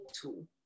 tool